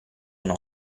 uno